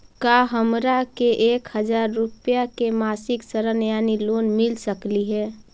का हमरा के एक हजार रुपया के मासिक ऋण यानी लोन मिल सकली हे?